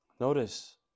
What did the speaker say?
Notice